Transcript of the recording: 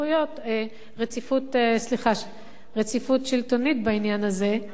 רציפות שלטונית בעניין הזה,